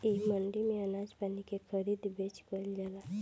इ मंडी में अनाज पानी के खरीद बेच कईल जाला